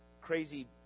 crazy